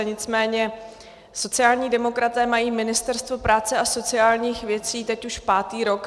Nicméně sociální demokraté mají Ministerstvo práce a sociálních věcí teď už pátý rok.